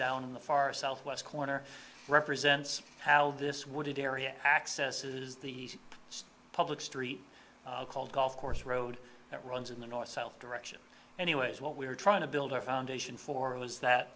down in the far south west corner represents how this wooded area accesses the public street called golf course road that runs in the north south direction anyways what we're trying to build our foundation for was that